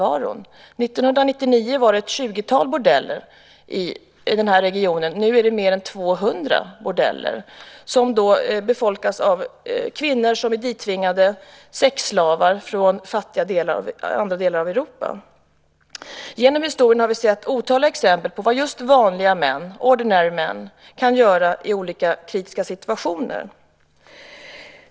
1999 fanns det ett tjugotal bordeller i Kosovo och nu finns det fler än 200, och de befolkas av kvinnor - sexslavar - som är dittvingade från andra fattiga delar av Europa. Genom historien har vi sett otaliga exempel på vad vanliga män - ordinary men - kan göra i olika kritiska situationer.